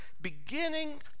beginning